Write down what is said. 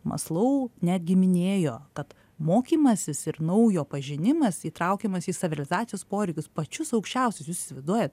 mąslau netgi minėjo kad mokymasis ir naujo pažinimas įtraukiamas į savirealizacijos poreikius pačius aukščiausius jūs įsivaiduojat